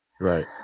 Right